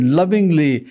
lovingly